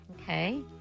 Okay